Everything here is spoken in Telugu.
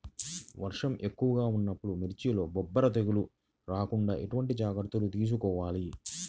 వర్షం ఎక్కువగా ఉన్నప్పుడు మిర్చిలో బొబ్బర తెగులు రాకుండా ఎలాంటి జాగ్రత్తలు తీసుకోవాలి?